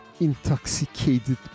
intoxicated